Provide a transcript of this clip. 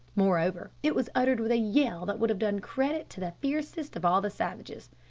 moreover, it was uttered with a yell that would have done credit to the fiercest of all the savages.